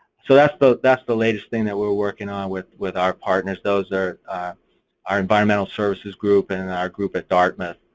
so that's the that's the latest thing that we're working on with with our partners. those are our environmental services group and our group at dartmouth.